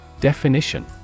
Definition